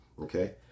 Okay